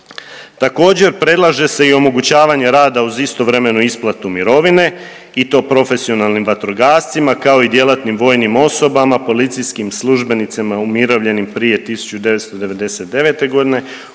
Također predlaže se i omogućavanje rada uz istovremenu isplatu mirovine i to profesionalnim vatrogascima kao i djelatnim vojnim osobama, policijskim službenicima umirovljenim prije 1999. godine